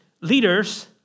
leaders